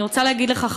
אני רוצה להגיד לך,